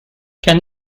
can